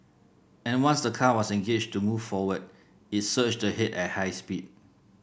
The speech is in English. and once the car was engaged to move forward it surged ahead at high speed